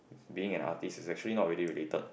being an artist is actually not really related